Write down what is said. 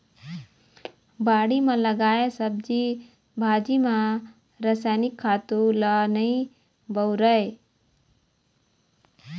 बाड़ी म लगाए सब्जी भाजी म रसायनिक खातू ल नइ बउरय